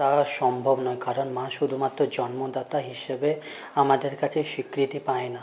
তা সম্ভব নয় কারণ মা শুধুমাত্র জন্মদাতা হিসেবে আমাদের কাছে স্বীকৃতি পায় না